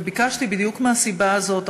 וביקשתי, בדיוק מהסיבה הזאת.